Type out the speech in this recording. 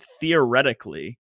theoretically